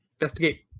investigate